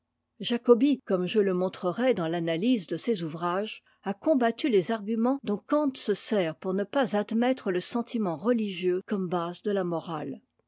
jacobi comme je le montrerai dans l'analyse de ses ouvrages a combattu les arguments dont kant se sert pour ne pas admettre le sentimentreligieux comme base de la morale